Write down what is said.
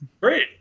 Great